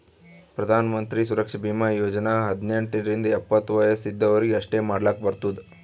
ಪ್ರಧಾನ್ ಮಂತ್ರಿ ಸುರಕ್ಷಾ ಭೀಮಾ ಯೋಜನಾ ಹದ್ನೆಂಟ್ ರಿಂದ ಎಪ್ಪತ್ತ ವಯಸ್ ಇದ್ದವರೀಗಿ ಅಷ್ಟೇ ಮಾಡ್ಲಾಕ್ ಬರ್ತುದ